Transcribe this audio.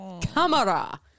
Camera